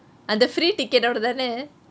அந்த:antha free ticket யோட தானே:yode thaane